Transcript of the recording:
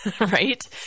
right